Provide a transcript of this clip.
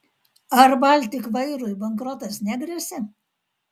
ar baltik vairui bankrotas negresia